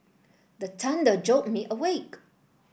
the thunder jolt me awake